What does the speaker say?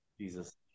Jesus